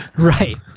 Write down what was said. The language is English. right.